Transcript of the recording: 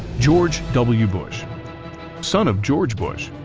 george w bush son of george bush,